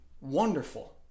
wonderful